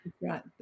right